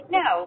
no